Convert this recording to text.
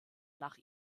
nach